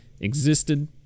Existed